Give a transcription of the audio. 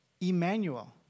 Emmanuel